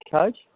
coach